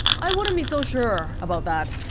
i wouldn't be so sure about that